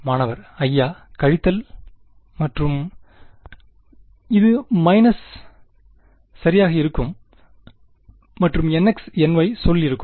மாணவர் அய்யா கழித்தல் மற்றும் இது மைனஸ் சரியாக இருக்கும் மற்றும் nxny சொல் இருக்கும்